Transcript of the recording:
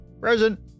present